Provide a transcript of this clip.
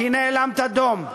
כי נאלמת דום.